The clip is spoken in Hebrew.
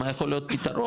מה יכול להיות פתרון?